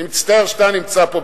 אני מצטער שאתה נמצא פה,